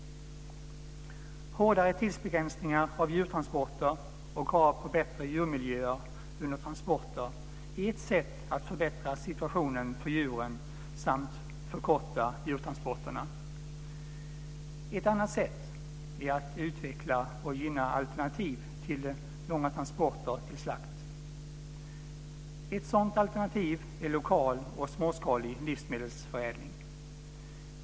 Hårdare tidsbegränsningar av djurtransporter och krav på bättre djurmiljöer under transporter är ett sätt att förbättra situationen för djuren samt att förkorta djurtransporterna. Ett annat sätt är att utveckla och gynna alternativ till långa transporter till slakt. Ett sådant alternativ är lokal och småskalig livsmedelsförädling.